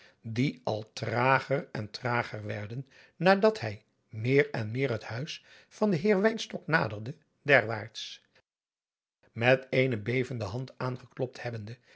die al trager en trager werden nadat hij meer en meer het huis van den heer wynstok naderde derwaarts met eene bevende hand aangeklopt hebbende